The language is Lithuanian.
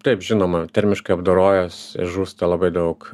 taip žinoma termiškai apdorojus žūsta labai daug